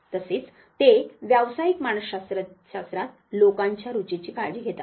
तसेच ते व्यावसायिक मानसशास्त्रात लोकांच्या रूचीची काळजी घेतात